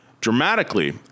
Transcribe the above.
Dramatically